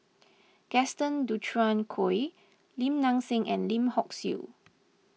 Gaston Dutronquoy Lim Nang Seng and Lim Hock Siew